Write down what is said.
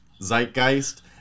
zeitgeist